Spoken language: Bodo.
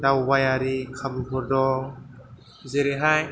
दावबायारि खाबुफोर दं जेरैहाय